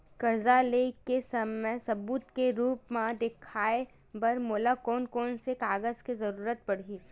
कर्जा ले के समय सबूत के रूप मा देखाय बर मोला कोन कोन से कागज के जरुरत पड़ही?